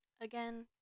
Again